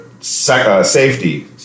safety